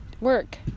work